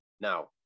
now